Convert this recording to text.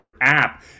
app